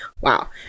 Wow